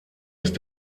ist